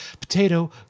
potato